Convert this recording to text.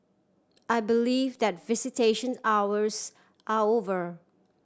I believe that visitation hours are over